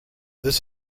this